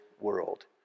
world